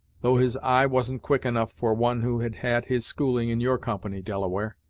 though his eye was'n't quick enough for one who had had his schooling in your company, delaware.